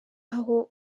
aho